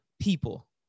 people